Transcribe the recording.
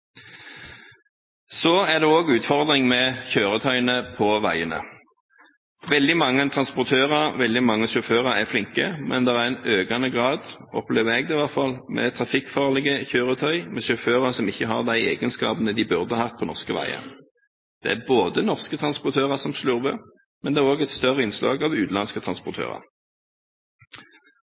Så er det også utfordringer med kjøretøyene på veiene. Veldig mange transportører, veldig mange sjåfører, er flinke, men det finnes i økende grad – opplever jeg, i hvert fall – trafikkfarlige kjøretøy med sjåfører som ikke har de kjøreegenskapene de burde hatt på norske veier. Det er både norske transportører og et større innslag av utenlandske transportører